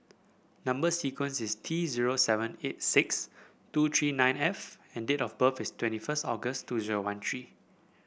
number sequence is T zero seven eight six two three nine F and date of birth is twenty first August two zero one three